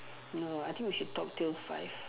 no I think we should talk till five